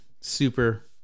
super